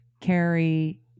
Carrie